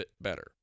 better